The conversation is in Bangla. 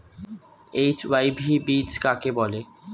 এইচ.ওয়াই.ভি বীজ কাকে বলে?